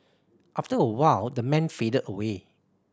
after a while the man faded away